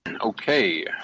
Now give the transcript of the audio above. Okay